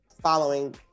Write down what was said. following